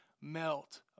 melt